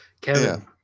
Kevin